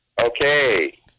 Okay